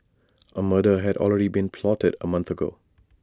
A murder had already been plotted A month ago